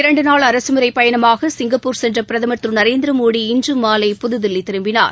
இரண்டு நாள் அரசமுறைப் பயணமாக சிங்கப்பூர் சென்ற பிரதமர் திரு நரேந்திரமோடி இன்று மாலை புதுதில்லி திரும்பினார்